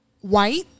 white